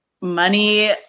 money